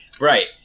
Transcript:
Right